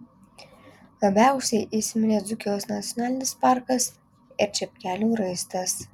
labiausiai įsiminė dzūkijos nacionalinis parkas ir čepkelių raistas